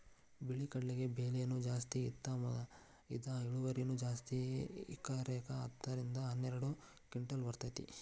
ಬಿಳಿ ಕಡ್ಲಿಗೆ ಬೆಲೆನೂ ಜಾಸ್ತಿ ಮತ್ತ ಇದ ಇಳುವರಿನೂ ಜಾಸ್ತಿ ಎಕರೆಕ ಹತ್ತ ರಿಂದ ಹನ್ನೆರಡು ಕಿಂಟಲ್ ಬರ್ತೈತಿ